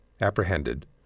apprehended